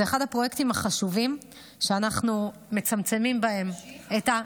זה אחד הפרויקטים החשובים שאנחנו מצמצמים בהם את,